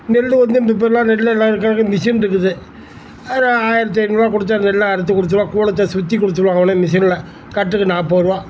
நெல் வந்து இந்த இப்போல்லாம் நெல்லெல்லாம் அறுக்கிறதுக்கு மிஷின் இருக்குது அதில் ஆயிரத்தி ஐந்நூறுபா கொடுத்தா நெல்லை அறுத்து கொடுத்துருவான் கூளத்தை சுற்றிக் கொடுத்துருவான் அவனே மிஷினில் கட்டுக்கு நாற்பது ரூபா